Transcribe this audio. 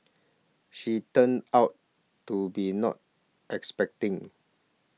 she turned out to be not expecting